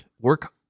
Work